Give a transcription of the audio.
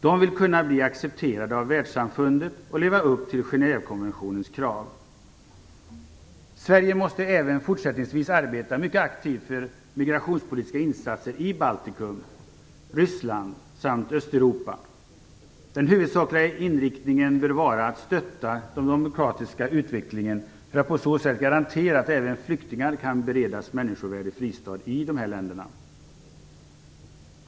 De vill kunna bli accepterade av världssamfundet och leva upp till Genèvekonventionens krav. Sverige måste även fortsättningsvis arbeta mycket aktivt för migrationspolitiska insatser i Baltikum, Ryssland och Östeuropa. Den huvudsakliga inriktningen bör vara att stötta den demokratiska utvecklingen för att på så sätt garantera att även flyktingar kan beredas människovärdig fristat i de här länderna.